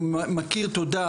ומכיר תודה,